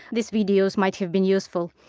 these videos might have been useful.